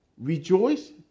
Rejoice